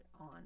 on